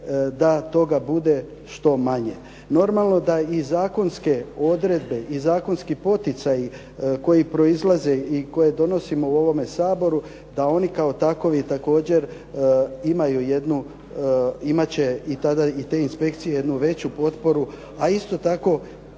da toga bude što manje. Normalno da i zakonske odredbe i zakonski poticaji koji proizlaze i koje donosimo u ovome Saboru da oni kao takovi također imaju jednu, imat će i tada i te inspekcije jednu veću potporu, a isto tako